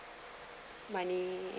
money